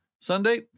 Sunday